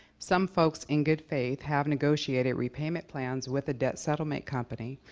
some folks in good faith have negotiated repayment plans with a debt settlement company,